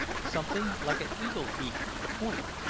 something like an eagle's beak at the point.